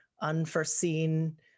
unforeseen